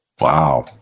wow